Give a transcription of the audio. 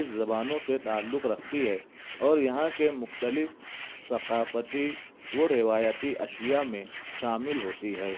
اس زبانوں سے تعلق رکھتی ہے اور یہاں کے مختلف ثقافتی و روایتی اشیا میں شامل ہوتی ہے